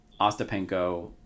Ostapenko